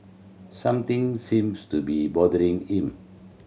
something seems to be bothering him